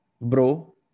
bro